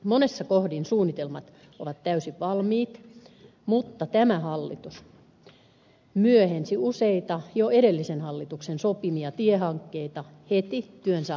monessa kohdin suunnitelmat ovat täysin valmiit mutta tämä hallitus myöhensi useita jo edellisen hallituksen sopimia tiehankkeita heti työnsä aloittaessaan